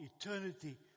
eternity